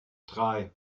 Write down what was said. drei